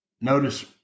notice